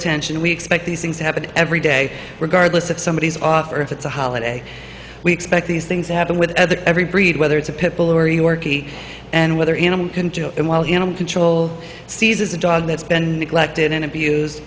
attention we expect these things happen every day regardless if somebody is off or if it's a holiday we expect these things happen with other every breed whether it's a pit bull or yorkie and whether animal control and wild animal control seizes a dog that's been neglected and abuse